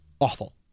awful